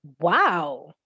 Wow